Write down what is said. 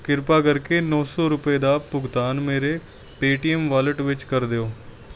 ਕਿਰਪਾ ਕਰਕੇ ਨੌਂ ਸੌ ਰੁਪਏ ਦਾ ਭੁਗਤਾਨ ਮੇਰੇ ਪੇਟੀਐੱਮ ਵਾਲਟ ਵਿੱਚ ਕਰ ਦਿਓ